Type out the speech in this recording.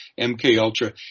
MKUltra